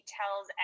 tells